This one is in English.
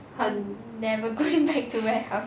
I'm never going back to warehouse